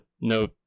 no